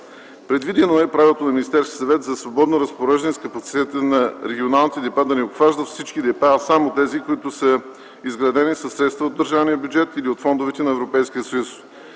Предвидено е правото на Министерския съвет за свободно разпореждане с капацитета на регионалните депа – да не се обхващат всички депа, а само тези, които са изградени със средства от държавния бюджет или от фондовете на Европейския съюз.